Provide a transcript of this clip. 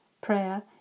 Prayer